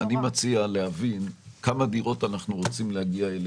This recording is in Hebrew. אני מציע להבין לכמה דירות אנחנו רוצים להגיע ואל